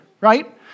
right